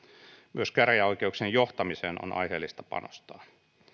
myös käräjäoikeuksien johtamiseen on aiheellista panostaa